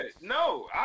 No